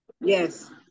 Yes